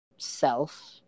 self